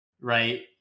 right